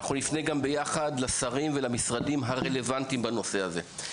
אנחנו נפנה גם ביחד לשרים ולמשרדים הרלוונטיים בנושא הזה.